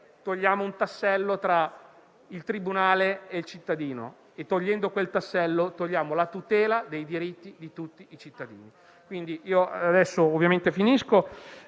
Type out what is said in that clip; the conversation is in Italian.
togliamo un tassello tra il tribunale e il cittadino e, così facendo, eliminiamo la tutela dei diritti di tutti i cittadini.